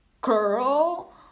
Girl